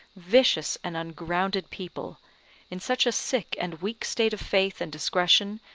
vicious, and ungrounded people in such a sick and weak state of faith and discretion,